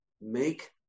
Make